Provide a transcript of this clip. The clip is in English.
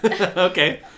Okay